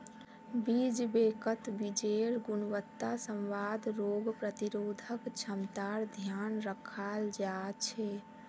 बीज बैंकत बीजेर् गुणवत्ता, स्वाद, रोग प्रतिरोधक क्षमतार ध्यान रखाल जा छे